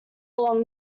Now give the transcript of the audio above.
along